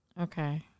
Okay